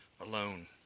alone